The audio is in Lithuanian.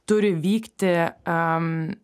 turi vykti a